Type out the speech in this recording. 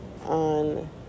on